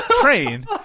train